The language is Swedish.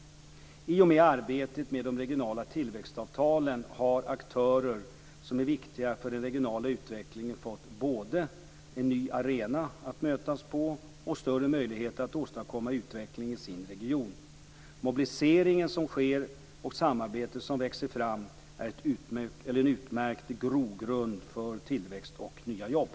I och med arbetet med de regionala tillväxtavtalen har aktörer som är viktiga för den regionala utvecklingen fått både en ny arena att mötas på och större möjligheter att åstadkomma utveckling i sin region. Mobiliseringen som sker och samarbetet som växer fram är en utmärkt grogrund för tillväxt och nya jobb.